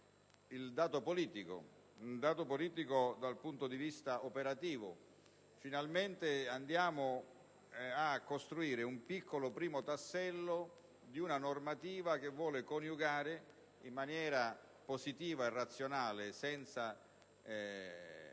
il dato politico da un punto di vista operativo. Finalmente andiamo a costruire un primo piccolo tassello di una normativa che vuole coniugare in maniera positiva e razionale, senza